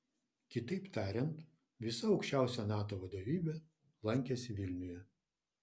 kitaip tariant visa aukščiausia nato vadovybė lankėsi vilniuje